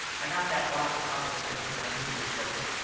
i got that watch your father sent me for a new years present.